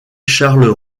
charles